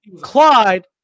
Clyde